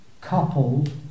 coupled